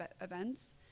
events